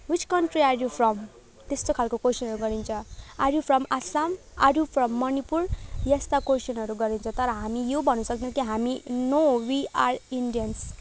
which country are you from त्यस्तो खालको कोइसनहरू गरिन्छ are you from Assam are you from Manipur यस्ता कोइसनहरू गरिन्छ तर हामी यो भन्न सक्दैनौँ कि हामी नो वी आर इन्डियन्स्